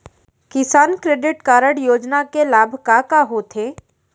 किसान credit card योजना के लाभ का का होथे?